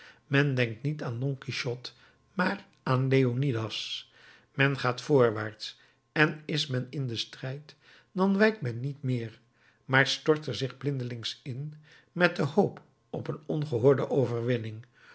men denkt niet aan don quichotte maar aan leonidas men gaat voorwaarts en is men in den strijd dan wijkt men niet meer maar stort er zich blindelings in met de hoop op een ongehoorde overwinning